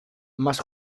más